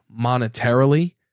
monetarily